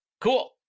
Cool